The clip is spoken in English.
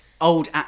old